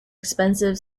expensive